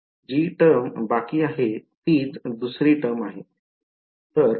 जी term बाकी आहे तीच दुसरी टर्म आहे